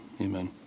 amen